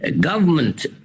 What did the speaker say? government